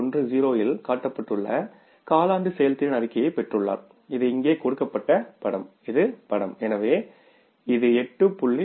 10 இல் காட்டப்பட்டுள்ள காலாண்டு செயல்திறன் அறிக்கையைப் பெற்றுள்ளார் இது இங்கே கொடுக்கப்பட்ட படம் இது படம் எனவே இது 8